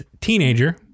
Teenager